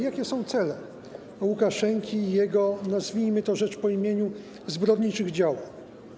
Jakie są cele Łukaszenki i jego, nazwijmy rzecz po imieniu, zbrodniczych działań?